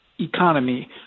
economy